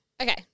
Okay